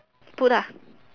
put ah